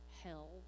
hell